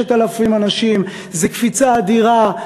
6,000 אנשים זה קפיצה אדירה,